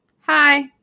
hi